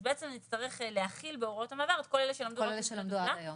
אז בעצם נצטרך להכיל בהוראות המעבר את כל אלה שלמדו עד היום